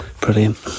Brilliant